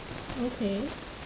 okay